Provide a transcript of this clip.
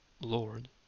Lord